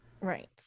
Right